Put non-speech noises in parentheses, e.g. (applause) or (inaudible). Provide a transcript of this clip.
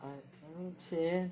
!hais! 反正钱 (breath)